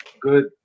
good